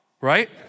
right